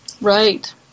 right